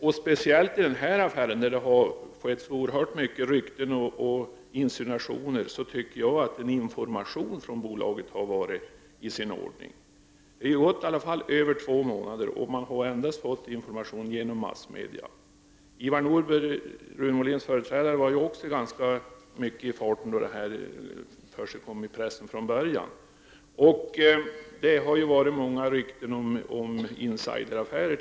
Särskilt i den här affären, där det har funnits så oerhört många rykten och insinuationer, tycker jag att en information från bolaget hade varit i sin ordning. Det har i alla fall gått över två månader, och man har endast fått information genom massmedia. Ivar Nordberg, Rune Molins företrädare, var ganska mycket i farten när det här förekom i pressen från början. Det har t.ex. gått många rykten om insideraffärer.